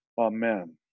Amen